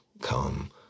come